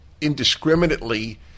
indiscriminately